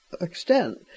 extent